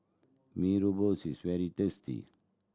Mee Rebus is very tasty